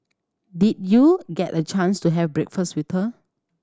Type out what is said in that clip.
did you get a chance to have breakfast with her